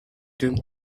them